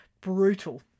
Brutal